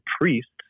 priests